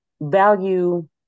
value